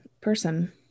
person